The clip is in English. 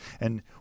And-